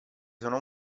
sono